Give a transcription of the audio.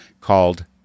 called